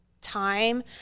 time